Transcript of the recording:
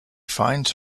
finds